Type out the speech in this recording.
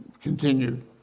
continued